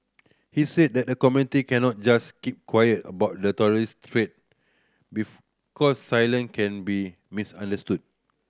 he said that the community cannot just keep quiet about the terrorist threat because silence can be misunderstood